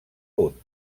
punt